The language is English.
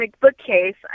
bookcase